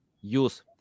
use